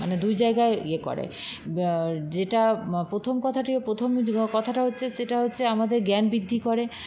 মানে দুই জায়গায় ইয়ে করে যেটা প্রথম কথাটিও প্রথম কথাটা হচ্ছে সেটা হচ্ছে আমাদের জ্ঞান বৃদ্ধি করে